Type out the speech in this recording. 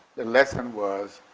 the lesson was